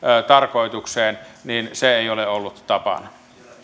tarkoitukseen ei ole ollut tapana